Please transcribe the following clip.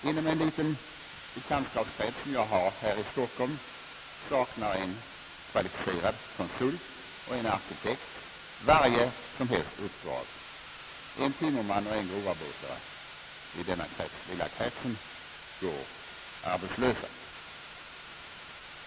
Inom en liten bekantskapskrets, som jag har här i Stockholm, saknar en kvalificerad konsult och en arkitekt varje som helst uppdrag. En timmerman och en gsrovarbetare i denna lilla krets går arbetslösa.